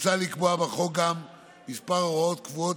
מוצע לקבוע בחוק גם כמה הוראות קבועות